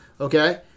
Okay